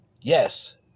yes